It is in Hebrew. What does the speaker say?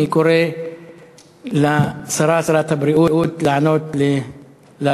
אני קורא לשרה, שרת הבריאות, לענות לדוברים.